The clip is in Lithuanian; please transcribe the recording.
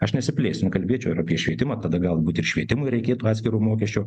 aš nesiplėsiu nekalbėčiau ir apie švietimą tada galbūt ir švietimui reikėtų atskiro mokesčio